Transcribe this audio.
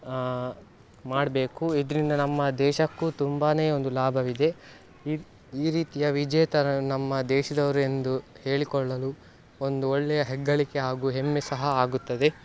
ಮಾಡಬೇಕು ಇದರಿಂದ ನಮ್ಮ ದೇಶಕ್ಕು ತುಂಬಾ ಒಂದು ಲಾಭವಿದೆ ಇ ಈ ರೀತಿಯ ವಿಜೇತರನ್ನು ನಮ್ಮ ದೇಶದವರೆಂದು ಹೇಳಿಕೊಳ್ಳಲು ಒಂದು ಒಳ್ಳೆಯ ಹೆಗ್ಗಳಿಕೆ ಹಾಗೂ ಹೆಮ್ಮೆ ಸಹ ಆಗುತ್ತದೆ